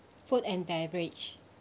food and beverage